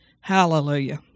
Hallelujah